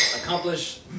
accomplish